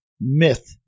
myth